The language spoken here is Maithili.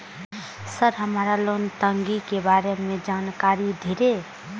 सर हमरा लोन टंगी के बारे में जान कारी धीरे?